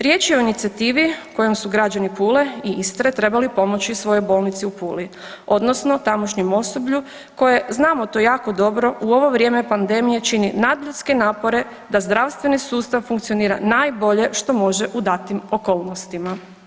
Riječ je o inicijativi kojom su građani Pule i Istre trebali pomoći svojoj Bolnici u Puli odnosno tamošnjem osoblju koje znamo to jako dobro u ovo vrijeme pandemije čini nadljudske napore da zdravstveni sustav funkcionira najbolje što može u datim okolnostima.